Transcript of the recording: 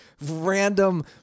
random